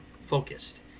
focused